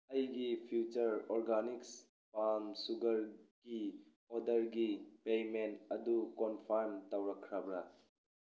ꯑꯩꯒꯤ future organics farm ꯁꯨꯒꯔꯒꯤ ꯑꯣꯔꯗꯔꯒꯤ ꯄꯦꯃꯦꯟ ꯑꯗꯨ ꯀꯣꯟꯐꯥꯔꯝ ꯇꯧꯔꯛꯈ꯭ꯔꯕ꯭ꯔꯥ